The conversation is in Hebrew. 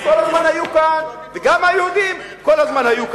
כל הזמן היו כאן, וגם היהודים כל הזמן היו כאן.